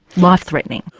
life-threatening.